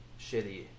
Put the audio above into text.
shitty